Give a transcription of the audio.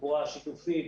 בתחבורה השיתופית,